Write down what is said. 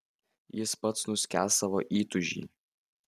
jis pats nuskęs savo įtūžy